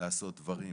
לעשות דברים,